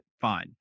Fine